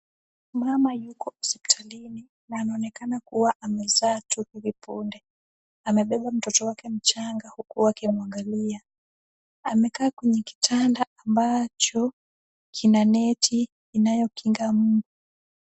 Mama yuko hospitalini na anaonekana maezaa tu hivi punde. Amebeba mtoto wake mchanga huku akimuangalia. Amekaa kwenye kitanda ambacho kina neti inayokinga mbu.